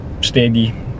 steady